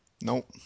Nope